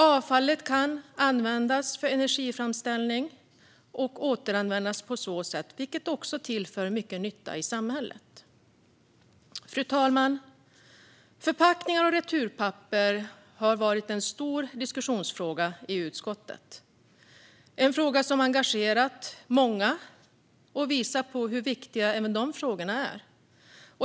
Avfallet kan användas till energiframställning och på så sätt återanvändas, vilket tillför mycket nytta till samhället. Fru talman! Förpackningar och returpapper har varit en stor diskussionsfråga i utskottet. Frågan har engagerat många, vilket visar hur viktiga även dessa frågor är.